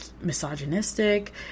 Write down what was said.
misogynistic